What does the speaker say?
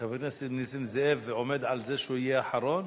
חבר הכנסת נסים זאב עומד על כך שהוא יהיה אחרון,